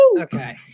Okay